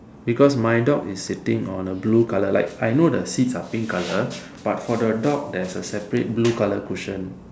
because my dog is sitting on a blue color like I know the seats are pink color but for the dog there's a separate blue color cushion